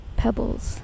pebbles